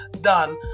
done